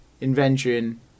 invention